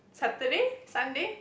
Saturday Sunday